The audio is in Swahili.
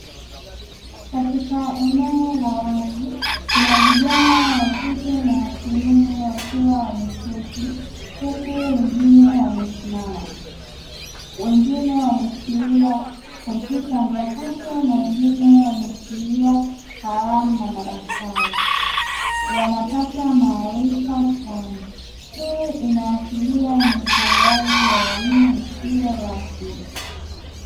Katika eneo la wazi kuna vijana wa kike na wa kiume wakiwa wameketi huku wengine wamesimama, wengine wameshikilia kompyuta mpakato na wengine wameshikilia kalamu na madaftari, wanapata maarifa fulani, hii inaashiria ni utolewaji wa elimu isiyo rasmi.